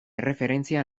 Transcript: erreferentzia